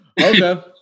Okay